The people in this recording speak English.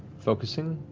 focusing,